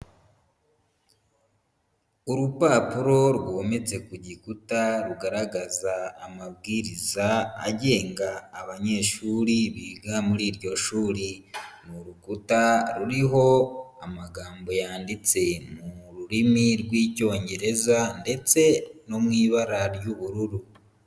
Urupapuro rwometse ku gikuta rugaragaza amabwiriza agenga abanyeshuri biga muri iryo shuri. Ni urukuta ruriho amagambo yanditse mu rurimi rw'icyongereza ndetse no mu ibara ry'ubururu.